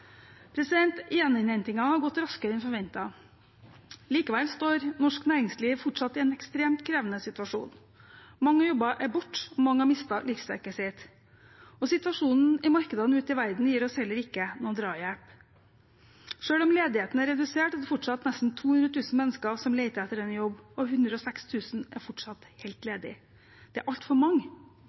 har gått raskere enn forventet. Likevel står norsk næringsliv fortsatt i en ekstremt krevende situasjon. Mange jobber er borte, og mange har mistet livsverket sitt. Situasjonen i markedene ute i verden gir oss heller ikke noen drahjelp. Selv om ledigheten er redusert, er det fortsatt nesten 200 000 mennesker som leter etter en jobb og 106 000 er fortsatt helt ledige. Det er altfor mange.